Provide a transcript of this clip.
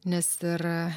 nes ir